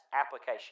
application